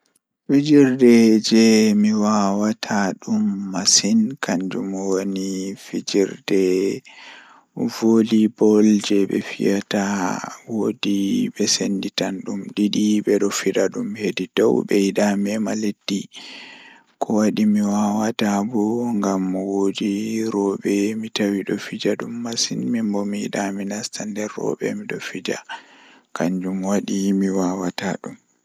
Fijirde jei mi waawata kanjum on jei ɓe wiyata ɗum voli boll Miɗo waɗi ɗum ko tennis, ngona miɗo waɗi kooɗe e lammuɗi ngal. Mi faamaade njamdi ko faamugol, ngona mi waawataa waawugol jogguɗe ko lumuɗi ngal. Ko waɗi yowitere mi faamaade ɓurɗo loowe ngam ngona.